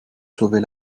sauver